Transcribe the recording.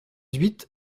huit